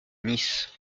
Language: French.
nice